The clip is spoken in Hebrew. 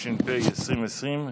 התש"ף 2020,